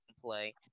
play